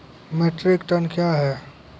Metric ton कया हैं?